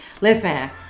Listen